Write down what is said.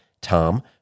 Tom